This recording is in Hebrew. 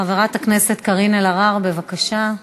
חברת הכנסת קארין אלהרר, בבקשה.